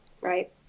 right